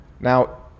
Now